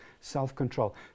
self-control